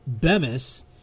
Bemis